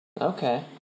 Okay